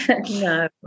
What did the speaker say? no